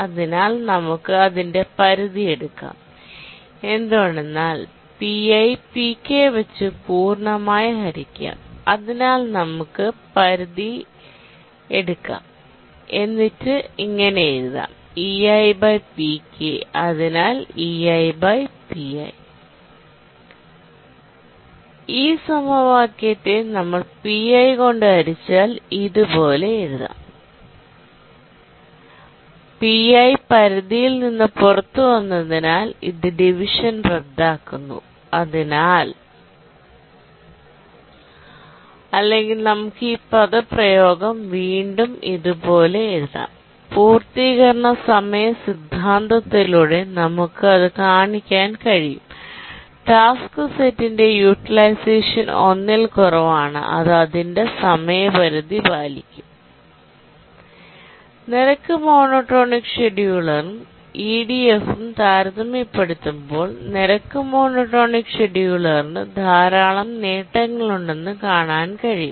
അതിനാൽ നമുക്ക് അതിൻറെ പരിധി എടുക്കാം എന്തുകൊണ്ടെന്നാൽ pi pk വച്ച് പൂർണ്ണമായി ഹരിക്കാം അതിനാൽ നമുക്ക് പരിധി എടുക്കാം എന്നിട്ട് ഇങ്ങനെ എഴുതാം ekpk അതിനാൽ eipi ഈ സമവാക്യത്തെ നമ്മൾ pi കൊണ്ട് ഹരി ച്ചാൽ ഇതുപോലെഎഴുതാം Pi പരിധിയിൽ നിന്ന് പുറത്തുവന്നതിനാൽ ഇത് ഡിവിഷൻ റദ്ദാക്കുന്നു അതിനാൽ അല്ലെങ്കിൽ നമുക്ക് ഈ പദപ്രയോഗം വീണ്ടും ഇതുപോലെഎഴുതാം പൂർത്തീകരണ സമയ സിദ്ധാന്തത്തിലൂടെ നമുക്ക് അത് കാണിക്കാൻ കഴിയും ടാസ്ക് സെറ്റിന്റെ യൂട്ടിലൈസേഷൻ 1 ൽ കുറവാണ് അത് അതിന്റെ സമയപരിധി പാലിക്കും നിരക്ക് മോണോടോണിക് ഷെഡ്യൂളറും ഇഡിഎഫും താരതമ്യപ്പെടുത്തുമ്പോൾ നിരക്ക് മോണോടോണിക് ഷെഡ്യൂളറിന് ധാരാളം നേട്ടങ്ങളുണ്ടെന്ന് കാണാൻ കഴിയും